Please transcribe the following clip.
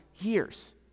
years